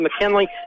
McKinley